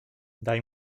daj